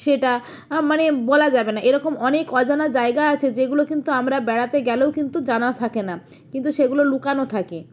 সেটা মানে বলা যাবে না এরকম অনেক অজানা জায়গা আছে যেগুলো কিন্তু আমরা বেড়াতে গেলেও কিন্তু জানা থাকে না কিন্তু সেগুলো লুকানো থাকে